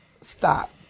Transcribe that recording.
stop